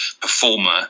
performer